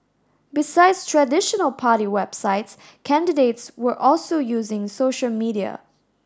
besides traditional party websites candidates were also using social media